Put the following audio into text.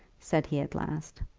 said he at last.